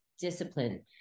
discipline